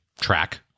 track